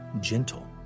gentle